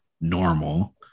normal